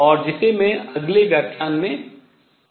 और जिसे मैं अगले व्याख्यान में शामिल करने जा रहा हूँ